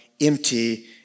empty